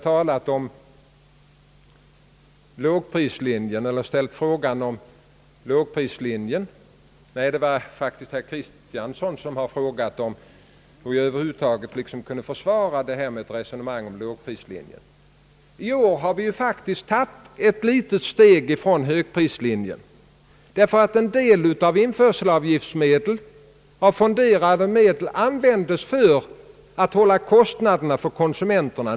Herr Kristiansson har frågat, om jag över huvud taget kunde försvara mitt resonemang om lågprislinjen. I år har vi faktiskt tagit ett litet steg ifrån högprislinjen, därför att en del av de fonderade införselavgifterna användes för att hålla nere kostnaderna för konsumenterna.